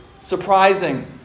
surprising